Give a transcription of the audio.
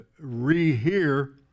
rehear